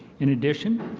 in addition,